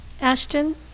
Ashton